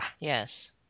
Yes